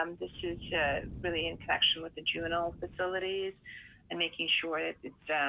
um this is really in connection with the juvenile facilities and making sure that it's